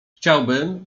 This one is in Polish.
chciałbym